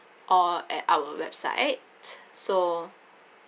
or at our website so